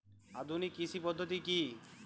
আধুনিক কৃষি পদ্ধতি কী?